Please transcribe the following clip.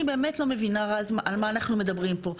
אני באמת לא מבינה רז על מה אנחנו מדברים פה.